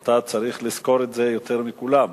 אתה צריך לזכור את זה יותר מכולם.